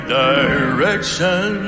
direction